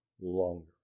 longer